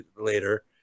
later